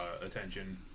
attention